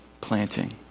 planting